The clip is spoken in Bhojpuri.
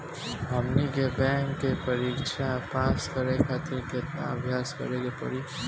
हमनी के बैंक के परीक्षा पास करे खातिर केतना अभ्यास करे के पड़ी?